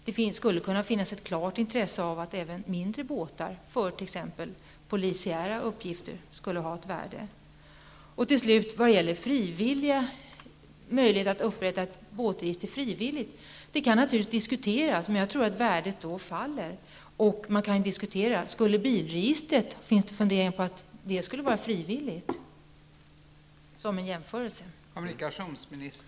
Det skulle kunna finnas ett klart intresse av att även mindre båtar omfattades. Det kan ha ett värde för t.ex. polisiära uppgifter. Att upprätta ett register på frivillig grund kan naturligtvis diskuteras. Men jag tror att värdet då faller. Som en jämförelse kan man fråga om det finns funderingar på att bilregistret skulle vara frivilligt.